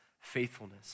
faithfulness